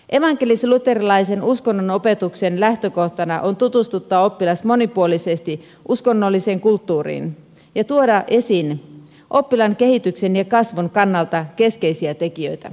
evankelisluterilaisen uskonnon opetuksen lähtökohtana on tutustuttaa oppilas monipuolisesti uskonnolliseen kulttuuriin ja tuoda esiin oppilaan kehityksen ja kasvun kannalta keskeisiä tekijöitä